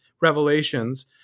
revelations